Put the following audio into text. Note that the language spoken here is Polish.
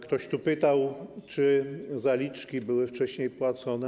Ktoś tu pytał, czy zaliczki były wcześniej płacone.